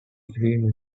green